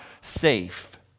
safe